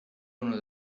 uno